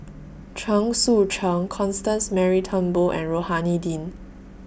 Chen Sucheng Constance Mary Turnbull and Rohani Din